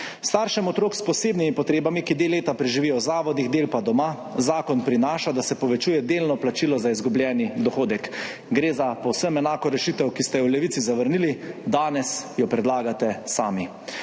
Staršem otrok s posebnimi potrebami, ki del leta preživijo v zavodih, del pa doma, zakon prinaša povečanje delnega plačila za izgubljeni dohodek. Gre za povsem enako rešitev, ki ste jo v Levici zavrnili, danes jo predlagate sami.